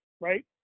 right